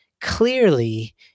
clearly